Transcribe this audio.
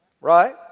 Right